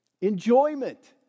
enjoyment